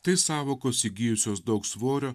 tai sąvokos įgijusios daug svorio